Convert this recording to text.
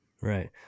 Right